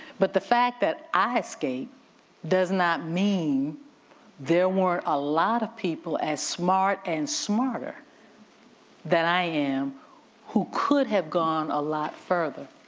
but the fact that i escaped does not mean there weren't a lot of people as smart and smarter than i am who could have gone a lot further,